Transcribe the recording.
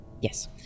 Yes